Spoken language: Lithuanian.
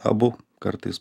abu kartais